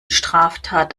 straftat